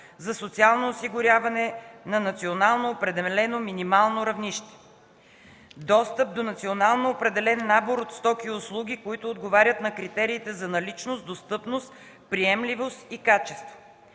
за социално осигуряване поне на национално определено минимално равнище: - достъп до национално определен набор от стоки и услуги, които отговарят на критериите за наличност, достъпност, приемливост и качество;